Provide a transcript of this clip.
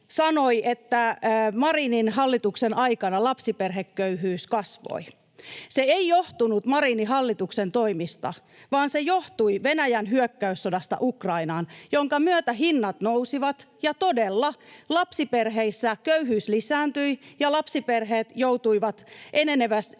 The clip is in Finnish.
että Marinin hallituksen aikana lapsiperheköyhyys kasvoi. Se ei johtunut Marinin hallituksen toimista, vaan se johtui Venäjän hyökkäyssodasta Ukrainaan, jonka myötä hinnat nousivat ja todella lapsiperheissä köyhyys lisääntyi ja lapsiperheet joutuivat enenevissä